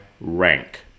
rank